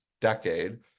decade